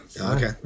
Okay